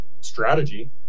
strategy